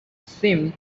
seemed